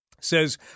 Says